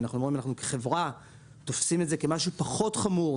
ואנחנו אומרים שאנחנו כחברה תופסים את זה כמשהו פחות חמור,